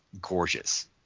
Gorgeous